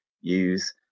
use